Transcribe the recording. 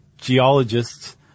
geologists